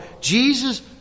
Jesus